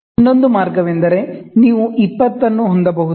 ಇನ್ನೊಂದು ಮಾರ್ಗವೆಂದರೆ ನೀವು 20 ಅನ್ನು ಹೊಂದಬಹುದು